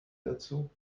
dazu